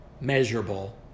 measurable